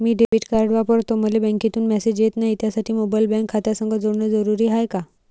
मी debit card वापरतो मले बँकेतून मॅसेज येत नाही, त्यासाठी मोबाईल बँक खात्यासंग जोडनं जरुरी हाय का?